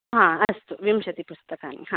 हा अस्तु विंशति पुस्तकानि हा